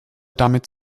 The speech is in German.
damit